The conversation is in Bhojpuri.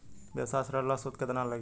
व्यवसाय ऋण ला सूद केतना लागी?